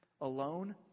alone